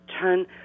turn